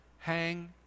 Hang